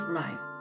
life